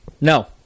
No